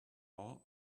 all